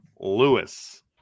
Lewis